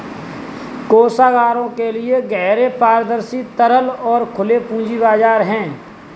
कोषागारों के लिए गहरे, पारदर्शी, तरल और खुले पूंजी बाजार हैं